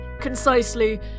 concisely